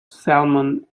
salmon